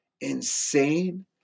insane